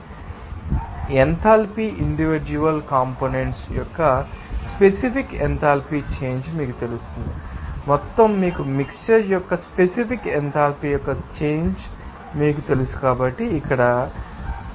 మరియు enthalpy individual components యొక్క specific enthalpy change మీకు తెలుసు మొత్తం మీకు మిక్శ్చర్ యొక్క స్పెసిఫిక్ ఎథాల్పీ యొక్క చేంజ్ మీకు తెలుసు కాబట్టి ఇక్కడ వ్రాయవచ్చు